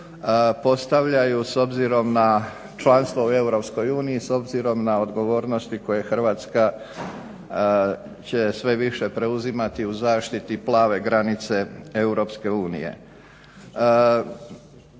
postavljaju s obzirom na članstvo u EU, s obzirom na odgovornosti koje Hrvatska će sve više preuzimati u zaštiti plave granice EU.